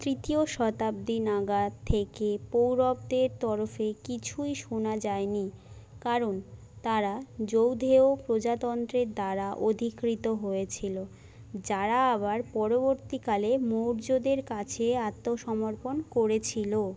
তৃতীয় শতাব্দী নাগাদ থেকে পৌরবদের তরফে কিছুই শোনা যায়নি কারণ তারা যৌধেয় প্রজাতন্ত্রের দ্বারা অধিকৃত হয়েছিল যারা আবার পরবর্তীকালে মৌর্যদের কাছে আত্মসমর্পণ করেছিল